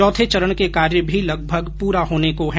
चौथे चरण के कार्य भी लगभग पूरा होने को है